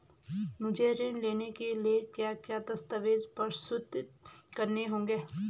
मुझे ऋण लेने के लिए क्या क्या दस्तावेज़ प्रस्तुत करने होंगे?